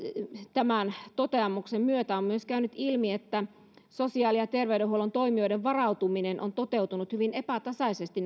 tämän toteamuksen myötä on myös käynyt ilmi että sosiaali ja terveydenhuollon toimijoiden varautuminen on toteutunut hyvin epätasaisesti